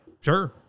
sure